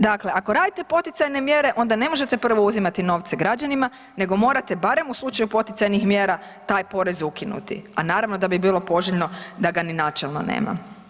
Dakle, ako radite poticajne mjere onda ne možete prvo uzimati novce građanima nego morate barem u slučaju poticajnih mjera taj porez ukinuti, a naravno da bi bilo poželjno da ga ni načelno nema.